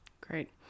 Great